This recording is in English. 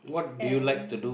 and